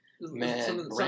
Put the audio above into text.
Man